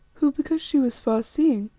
who, because she was far-seeing,